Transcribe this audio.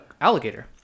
alligator